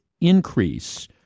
increase